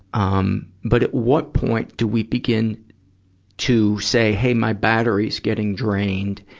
um but at what point do we begin to say, hey, my battery's getting drained?